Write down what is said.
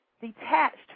detached